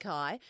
Kai